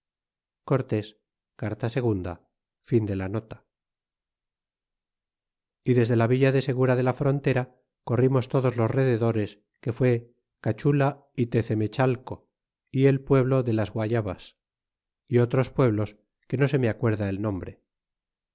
y desde la villa de segura de la frontera corrimos todos los rededores que fué cachula y tecemecbalco y el pueblo de las guayayas y otros pueblos que no se me acuerda el nombre